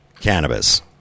cannabis